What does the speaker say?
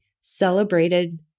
celebrated